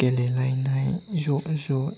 गेलेलायनाय ज' ज'